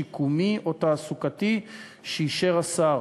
שיקומי או תעסוקתי שאישר השר.